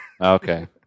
Okay